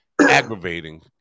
aggravating